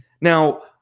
Now